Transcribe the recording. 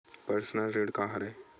Personal ऋण का हरय?